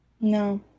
No